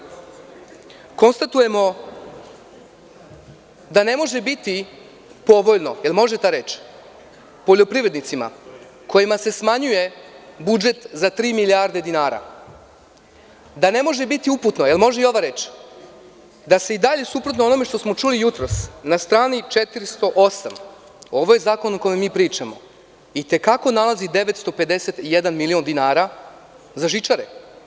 Konstatujemo da ne može biti povoljno, da li može ta reč, poljoprivrednicima kojima se smanjuje budžet za tri milijarde dinara, da ne može biti uputno da se i dalje, suprotno onome što smo čuli jutros, na strani 408, ovo je zakon o kome mi pričamo, itekako nalazi 951 milion dinara za žičare.